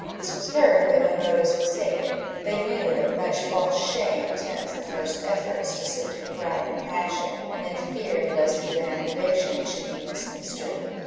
this was heard, but no notice was taken they knew that much false shame attends the first efforts to subdue pride and passion, and they feared lest even approbation should be misconstrued.